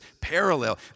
parallel